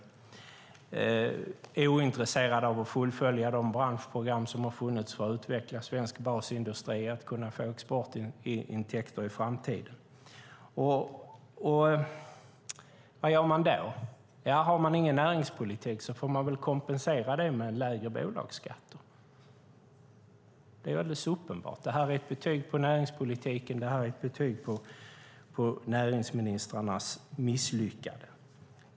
Regeringen är ointresserad av att fullfölja de branschprogram som har funnits för att utveckla svensk basindustri och för att kunna få exportintäkter i framtiden. Vad gör man då? Om man inte har någon näringslivspolitik får man väl kompensera det med en lägre bolagsskatt. Det är alldeles uppenbart. Detta är ett betyg på näringspolitiken och ett betyg på näringsministrarnas misslyckande.